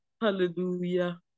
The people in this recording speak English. hallelujah